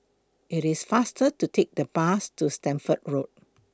IT IS faster to Take The Bus to Stamford Road